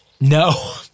no